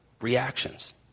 reactions